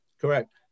correct